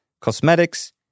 cosmetics